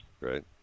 Right